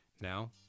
Now